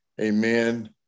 Amen